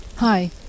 Hi